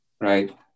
right